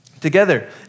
together